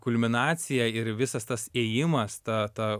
kulminaciją ir visas tas ėjimas ta ta